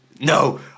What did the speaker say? No